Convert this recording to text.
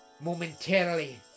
momentarily